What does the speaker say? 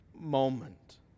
moment